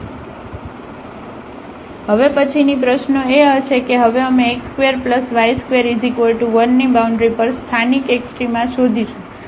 તેથી હવે પછીની પ્રશ્નો એ હશે કે હવે અમે x2y21 ની બાઉન્ડ્રી પર સ્થાનિક એક્સ્ટ્રામા શોધીશું